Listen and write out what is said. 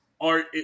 art